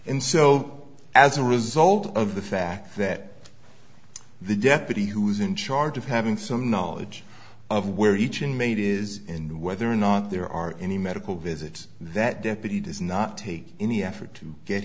and so as a result of the fact that the deputy who is in charge of having some knowledge of where each inmate is and whether or not there are any medical visits that deputy does not take any effort to get